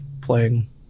playing